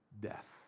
death